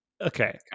okay